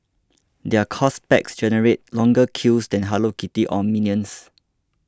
their course packs generate longer queues than Hello Kitty or Minions